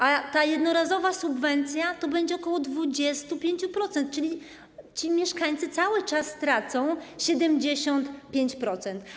A jednorazowa subwencja to będzie ok. 25%, czyli ci mieszkańcy cały czas tracą 75%.